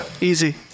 Easy